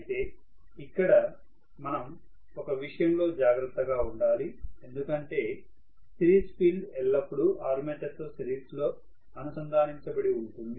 అయితే ఇక్కడ మనం ఒక విషయం లో జాగ్రత్తగా ఉండాలి ఎందుకంటే సిరీస్ ఫీల్డ్ ఎల్లప్పుడూ ఆర్మేచర్తో సిరీస్లో అనుసంధానించబడి ఉంటుంది